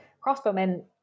crossbowmen